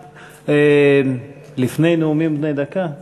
סליחה, חלה, לפני נאומים בני דקה?